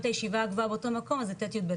הישיבה הגבוהה באותו מקום אז זה ט - יב,